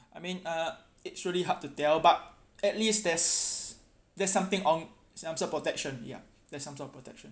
I mean uh it surely hard to tell but at least there's there's something on some sort protection ya there's some sort of protection